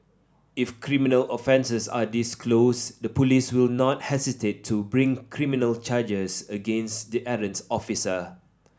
if criminal offences are disclosed the police will not hesitate to bring criminal charges against the errant officer